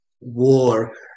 war